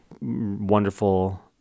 wonderful